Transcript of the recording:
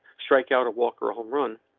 strikeout to walk her home run,